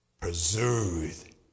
preserved